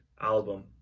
album